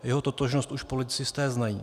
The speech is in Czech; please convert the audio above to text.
Jeho totožnost už policisté znají.